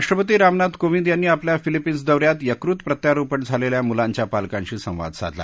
राष्ट्रपती रामनाथ कोंविद यांनी आपल्या फिलिपीन्स दौ यात यकृत प्रत्यारोपण झालेल्या मुलांच्या पालकांशी संवाद साधला